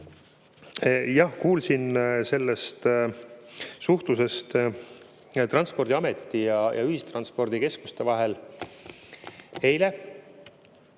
Jah, kuulsin sellest suhtlusest Transpordiameti ja ühistranspordikeskuste vahel eile.